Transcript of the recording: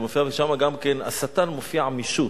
זה מופיע שם גם כן: השטן מופיע משוט.